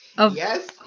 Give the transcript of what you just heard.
yes